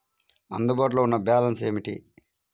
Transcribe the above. అందుబాటులో ఉన్న బ్యాలన్స్ ఏమిటీ?